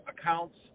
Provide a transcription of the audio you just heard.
accounts